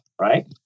right